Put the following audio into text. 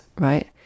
right